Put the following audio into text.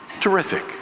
Terrific